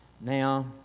now